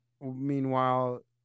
Meanwhile